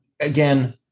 again